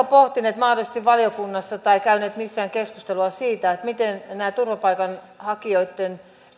pohtineet mahdollisesti valiokunnassa tai käyneet missään keskustelua siitä voisivatko myös nämä turvapaikanhakijoitten